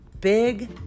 big